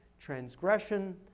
transgression